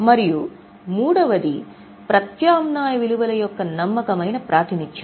మరియు మూడవది ప్రత్యామ్నాయ విలువల యొక్క నమ్మకమైన ప్రాతినిధ్యం